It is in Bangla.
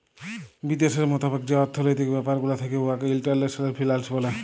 বিদ্যাশের মতাবেক যে অথ্থলৈতিক ব্যাপার গুলা থ্যাকে উয়াকে ইল্টারল্যাশলাল ফিল্যাল্স ব্যলে